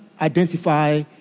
identify